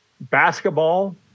basketball